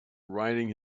riding